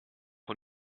von